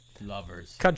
lovers